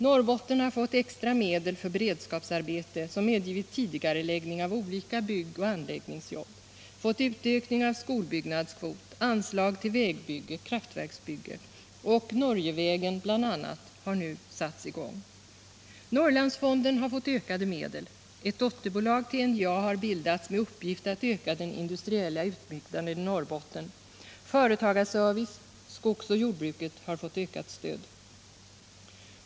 Norrbotten har fått extra medel för beredskapsarbete som medgivit tidigareläggning av olika byggoch anläggningsjobb, har fått en utökning av skolbyggnadskvoten, har fått anslag till vägbygge och kraftverksbygge. Och nu har bl.a. Norgevägen börjat byggas. Norrlandsfonden har fått ökade medel. Ett dotterbolag till NJA har bildats med uppgift att öka den industriella utbyggnaden i Norrbotten. Företagarservicen samt skogsoch jordbruket har fått ökat stöd.